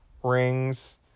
rings